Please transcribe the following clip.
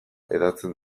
hedatzen